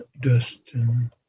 Dustin